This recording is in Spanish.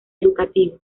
educativo